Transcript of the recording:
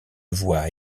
voix